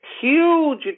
huge